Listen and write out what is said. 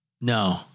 No